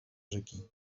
rzeki